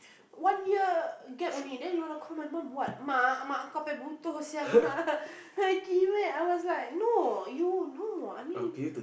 one year gap only then you want to call my mom what Ma I was like no you no I mean